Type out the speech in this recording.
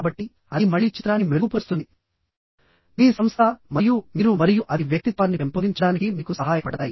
కాబట్టి అది మళ్ళీ చిత్రాన్ని మెరుగుపరుస్తుంది మీ సంస్థ మరియు మీరు మరియు అది వ్యక్తిత్వాన్ని పెంపొందించడానికి మీకు సహాయపడతాయి